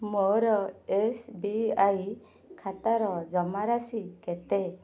ମୋର S B I ଖାତାର ଜମାରାଶି କେତେ